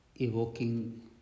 evoking